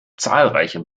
zahlreiche